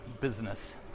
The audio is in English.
business